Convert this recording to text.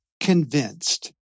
convinced